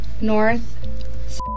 North